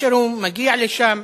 כאשר הוא מגיע לשם.